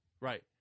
Right